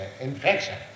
infection